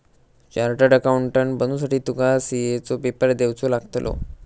chartered accountant बनुसाठी तुका CA चो पेपर देवचो लागतलो